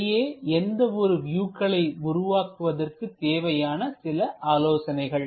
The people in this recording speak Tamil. இவையே எந்த ஒரு வியூக்களை உருவாக்குவதற்கு தேவையான சில ஆலோசனைகள்